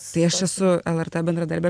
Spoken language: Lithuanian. tai aš esu lrt bendradarbė